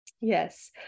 Yes